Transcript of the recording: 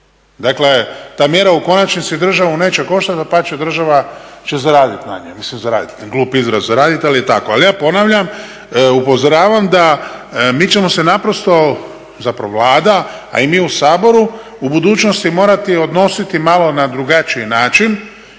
Dakle, ta mjera u konačnici državu neće koštati. Dapače, država će zaraditi na njoj. Mislim zaraditi, glup izraz zaraditi, ali je tako. Ali ja ponavljam, upozoravam da mi ćemo se naprosto, zapravo Vlada, a i mi u Saboru u budućnosti morati odnositi malo na drugačiji način.